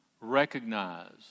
recognize